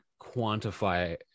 quantify